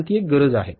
कारण ती एक गरज आहे